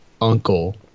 uncle